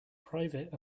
private